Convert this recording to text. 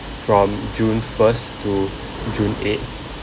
from june first to june eighth